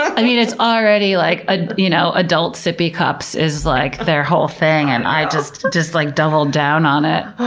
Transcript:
i mean, it's already like ah you know adult sippy cups is like their whole thing, and they just just like doubled down on it.